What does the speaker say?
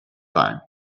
time